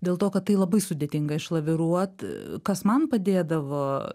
dėl to kad tai labai sudėtinga išlaviruot kas man padėdavo